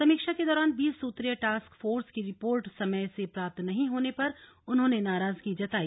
समीक्षा के दौरान बीस सुत्रीय टास्क फोर्स की रिपोर्ट समय से प्राप्त नहीं होने पर उन्होंने नाराजगी जताई